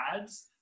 ads